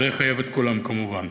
זה יחייב את כולם, כמובן.